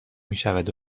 میشود